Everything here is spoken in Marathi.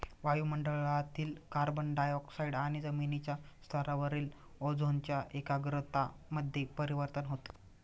वायु मंडळातील कार्बन डाय ऑक्साईड आणि जमिनीच्या स्तरावरील ओझोनच्या एकाग्रता मध्ये परिवर्तन होतं